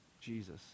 Jesus